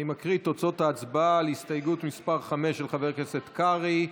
אני מבקש מחברי הכנסת לתפוס את מקומותיהם.